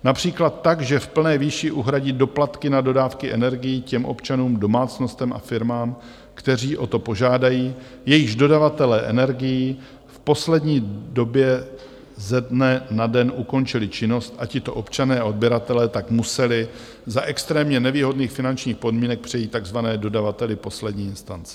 Například tak, že v plné výši uhradí doplatky na dodávky energií těm občanům, domácnostem a firmám, kteří o to požádají, jejichž dodavatelé energií v poslední době ze dne na den ukončili činnost, a tito občané a odběratelé tak museli za extrémně nevýhodných finančních podmínek přejít k takzvanému dodavateli poslední instance.